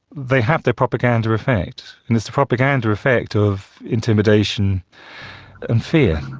they have their propaganda effect, and it's the propaganda effect of intimidation and fear.